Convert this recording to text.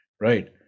right